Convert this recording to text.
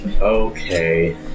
Okay